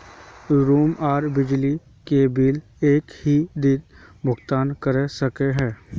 Room आर बिजली के बिल एक हि दिन भुगतान कर सके है?